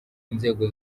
inzego